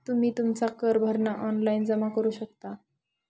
तुम्ही तुमचा कर भरणा ऑनलाइन जमा करू शकता